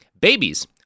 Babies